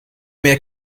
mehr